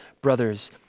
brothers